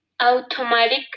automatic